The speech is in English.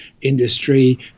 industry